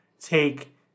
take